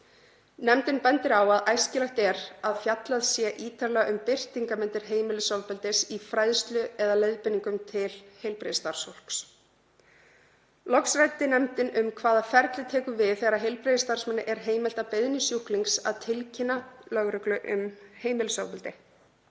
Nefndin bendir á að æskilegt er að fjallað sé ítarlega um birtingarmyndir heimilisofbeldis í fræðslu eða leiðbeiningum til heilbrigðisstarfsfólks. Loks ræddi nefndin um hvaða ferli tekur við þegar heilbrigðisstarfsmanni er heimilt að beiðni sjúklings að tilkynna lögreglu um heimilisofbeldi.